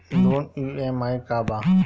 Loan EMI का बा?